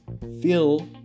feel